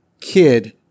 kid